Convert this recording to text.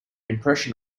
impression